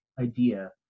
idea